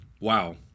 Wow